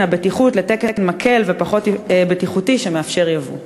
הבטיחות לתקן מקל ופחות בטיחותי שמאפשר ייבוא?